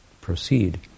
proceed